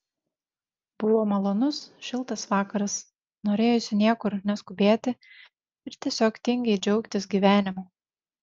buvo malonus šiltas vakaras norėjosi niekur neskubėti ir tiesiog tingiai džiaugtis gyvenimu